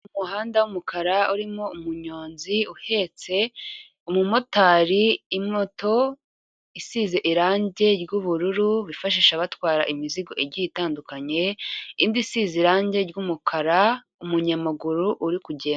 Umuhanda w'umukara urimo umunyonzi uhetse, umumotari, moto isize irange ry'ubururu bifashisha abatwara imizigo igiye itandukanye, indi isize irange ry'umukara, umunyamaguru uri kugenda.